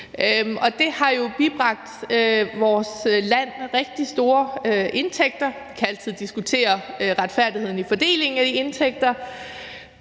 Det har jo bibragt vores land rigtig store indtægter; man kan altid diskutere retfærdigheden i fordelingen af de indtægter.